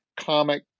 comic